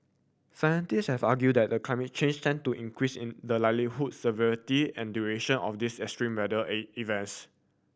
scientist have argued that climate change tend to increase in the likelihood severity and duration of these extreme matter A events